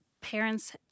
parents